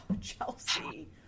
chelsea